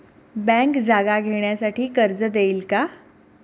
Bank जागा घेण्यासाठी कर्ज देईल का?